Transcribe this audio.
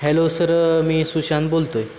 hello sir मी सुशांत बोलतो आहे